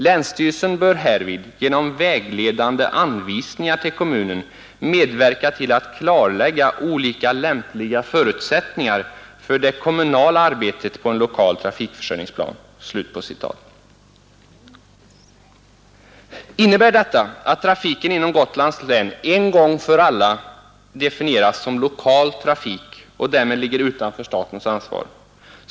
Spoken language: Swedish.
Länsstyrelsen bör härvid kunna genom vägledande anvisningar till kommunen medverka till att klarlägga olika lämpliga förutsättningar för det kommunala arbetet på en lokal trafikförsörjningsplan.” Innebär detta att trafiken inom Gotlands län en gång för alla definieras som lokal trafik och därmed ligger utanför statens ansvar?